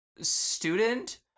student